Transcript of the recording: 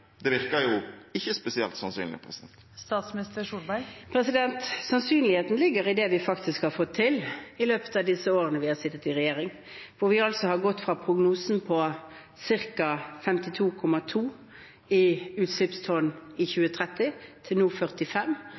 Det virker jo ikke spesielt sannsynlig. Sannsynligheten ligger i det vi faktisk har fått til i løpet av disse årene vi har sittet i regjering. Vi har altså gått fra prognosen på ca. 52,2 i utslippstonn i 2030 til 45 nå